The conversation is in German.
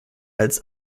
als